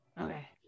okay